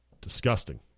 Disgusting